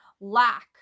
lack